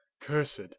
cursed